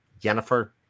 jennifer